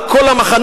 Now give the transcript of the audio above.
על כל המחנות,